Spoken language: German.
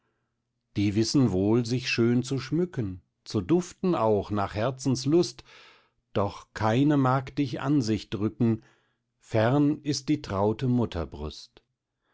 die wissen wohl sich schön zu schmücken zu duften auch nach herzenslust doch keine mag dich an sich drücken fern ist die traute mutterbrust